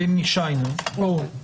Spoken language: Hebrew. ברור.